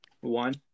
one